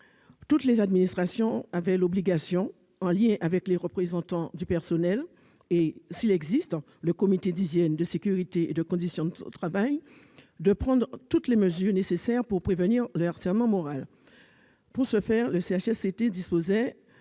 Toutes les administrations avaient l'obligation, en liaison avec les représentants du personnel et, s'il existe, le comité d'hygiène, de sécurité et des conditions de travail de prendre toutes les mesures nécessaires pour prévenir le harcèlement moral. Pour ce faire, ce dernier disposait